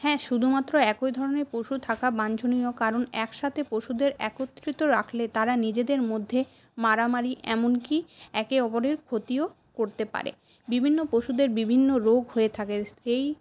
হ্যাঁ শুধুমাত্র একই ধরণের পশু থাকা বাঞ্ছনীয় কারণ একসাথে পশুদের একত্রিত রাখলে তারা নিজেদের মধ্যে মারামারি এমনকি একে অপরের ক্ষতিও করতে পারে বিভিন্ন পশুদের বিভিন্ন রোগ হয়ে থাকে সেই